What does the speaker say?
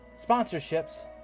sponsorships